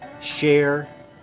share